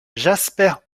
jasper